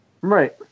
Right